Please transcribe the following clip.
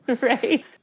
Right